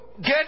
get